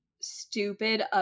stupid